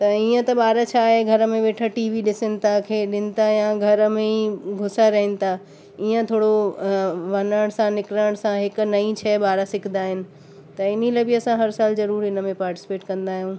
त ईअं त ॿार छा आहे घर में वेठे वेठे टीवी ॾिसनि था खेडनि था या घर में ई घुसा रहनि था ईअं थोरो वञण सां निकरण सां हिकु नई शइ ॿार सिखंदा आहिनि त इन लाइ बि असां हर साल ज़रूर इनमें पार्टिसिपेट कंदा आहियूं